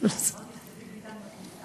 אמרתי שדוד ביטן בכניסה.